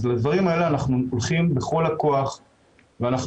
אז לדברים האלה אנחנו הולכים בכל הכוח ואנחנו